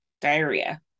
diarrhea